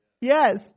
Yes